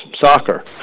soccer